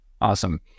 awesome